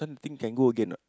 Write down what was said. think can go again or not